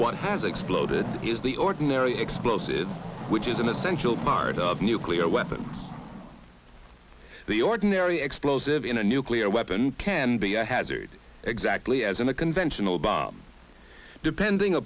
what has exploded is the ordinary explosive which is an essential part of nuclear weapons the ordinary explosive in a nuclear weapon can be a hazard exactly as in a conventional bomb depending